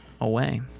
away